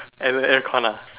and aircon ah